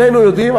שנינו יודעים,